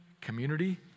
community